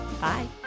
Bye